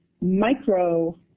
Micro